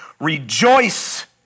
Rejoice